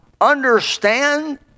understand